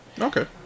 Okay